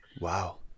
Wow